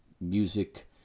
music